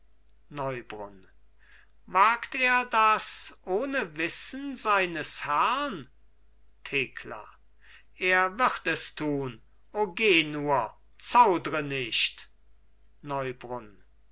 neubrunn wagt er das ohne wissen seines herrn thekla er wird es tun o geh nur zaudre nicht neubrunn